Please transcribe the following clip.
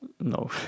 No